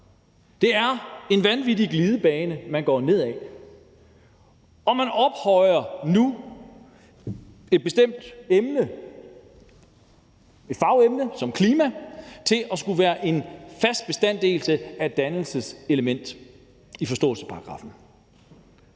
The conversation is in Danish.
Det er en vanvittig glidebane, man går nedad, og man ophøjer nu et bestemt emne, et fagemne som klima, til at skulle være en fast bestanddel af dannelseselementet i formålsparagraffen.